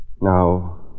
Now